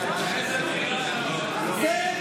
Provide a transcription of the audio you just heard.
איזו בחירה של הממשלה.